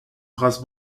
race